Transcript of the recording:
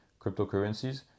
cryptocurrencies